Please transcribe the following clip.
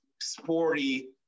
sporty